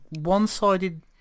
one-sided